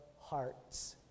hearts